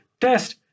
test